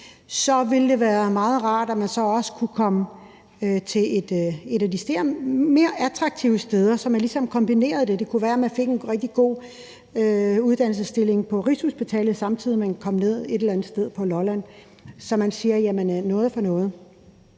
så ville det være meget rart, at man også kunne komme til et af de mere attraktive steder, så man ligesom kombinerede det. Det kunne være, at man fik en rigtig god uddannelsesstilling på Rigshospitalet, samtidig med at man kom ned et eller andet sted på Lolland, så det blev noget for noget.